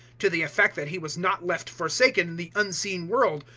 to the effect that he was not left forsaken in the unseen world,